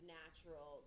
natural